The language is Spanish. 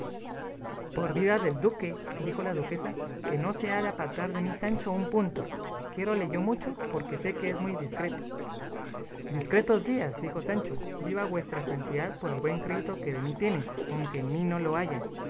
por vida del duque dijo la duquesa que no se ha de apartar de mí sancho un punto quiérole yo mucho porque sé que es muy discreto discretos días dijo sancho viva vuestra santidad por el buen crédito que de mí tiene aunque en mí no lo haya